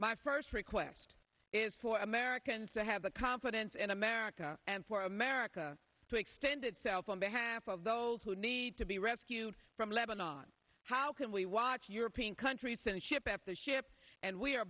my first request is for americans to have the confidence in america and for america to extend itself on behalf of those who need to be rescued from lebanon how can we watch european countries and ship after ship and we are